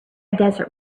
desert